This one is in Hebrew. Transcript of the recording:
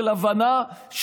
של הבנה,